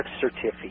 certificate